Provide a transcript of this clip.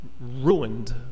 ruined